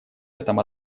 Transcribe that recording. этом